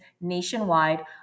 nationwide